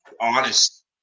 honest